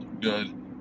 good